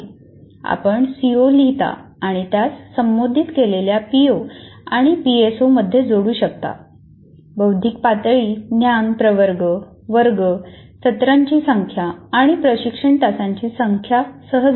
आपण सीओ लिहिता आणि त्यास संबोधित केलेल्या पीओ आणि पीएसओ मध्ये जोडू शकता बौद्धिक पातळी ज्ञान प्रवर्ग वर्ग सत्राची संख्या आणि प्रशिक्षण तासांची संख्या सह जोडा